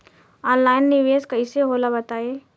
Online निवेस कइसे होला बताईं?